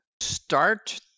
start